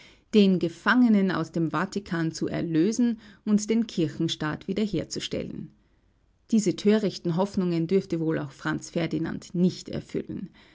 den gefangenen aus dem vatikan zu erlösen und den kirchenstaat wieder herzustellen diese törichten hoffnungen dürfte wohl auch franz ferdinand nicht erfüllen